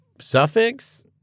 suffix